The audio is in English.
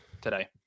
today